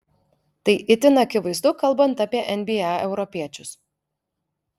tai itin akivaizdu kalbant apie nba europiečius